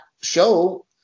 show